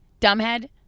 Dumbhead